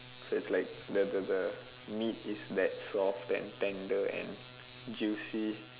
so it's like the the the meat is so soft and tender and juicy